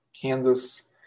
Kansas